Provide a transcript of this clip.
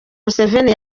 museveni